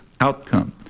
outcome